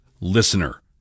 listener